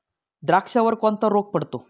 द्राक्षावर कोणता रोग पडतो?